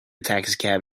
taxicab